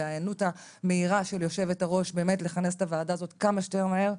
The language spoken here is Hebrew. וההיענות המהירה של היו"ר באמת לכנס את הוועדה הזאת כמה שיותר מהר,